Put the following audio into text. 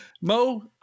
Mo